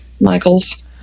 Michaels